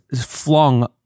flung